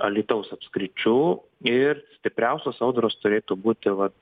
alytaus apskričių ir stipriausios audros turėtų būti vat